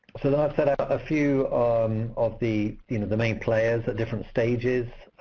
so i've set up a few of the you know the main players at different stages.